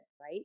Right